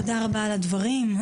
תודה רבה על הדברים.